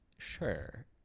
sure